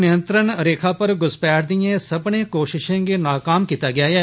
नियंत्रण रेखा पर घूसपैठ दिएं सब्मनें कोशिशें गी नाकाम कीता गेआ ऐ